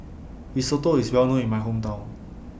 Risotto IS Well known in My Hometown